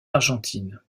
argentine